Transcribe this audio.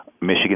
Michigan